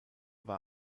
war